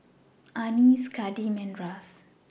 Annice Kadeem and Ras